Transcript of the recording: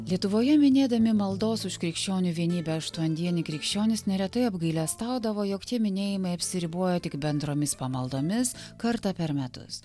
lietuvoje minėdami maldos už krikščionių vienybę aštuondienį krikščionys neretai apgailestaudavo jog tie minėjimai apsiribojo tik bendromis pamaldomis kartą per metus